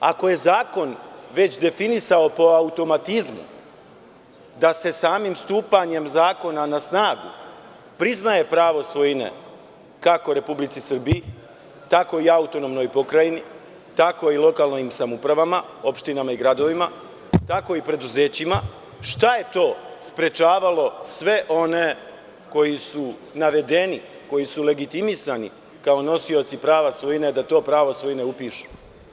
Ako je zakon već definisao po automatizmu da se samim stupanjem zakona na snagu priznaje pravo svojine kako Republici Srbiji tako i AP, tako i lokalnim samoupravama, opštinama i gradovima, tako i preduzećima, šta je to sprečavalo sve one koji su navedeni, koji su legitimisani kao nosioci prava svojine da to prave svojine i upišu?